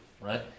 right